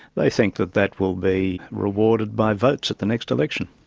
they think that that will be rewarded by votes at the next election.